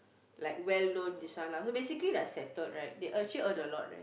like well known this one lah so basically they're settled right they actually earn a lot leh